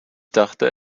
dachte